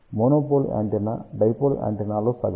monopole antenna dipole యాంటెన్నాలో సగం